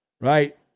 right